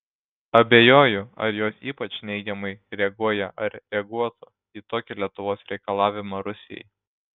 abejoju ar jos ypač neigiamai reaguoja ar reaguotų į tokį lietuvos reikalavimą rusijai